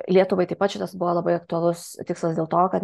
lietuvai taip pat šitas buvo labai aktualus tikslas dėl to kad